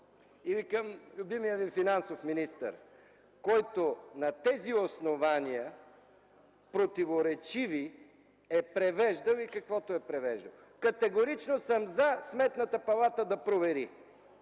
или към любимият Ви финансов министър, който на тези основания – противоречиви, е превеждал и каквото е превеждал. Категорично съм „за” Сметната палата да провери.